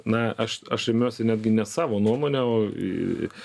na aš aš remiuosi netgi ne savo nuomone o i